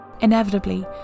Inevitably